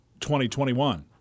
2021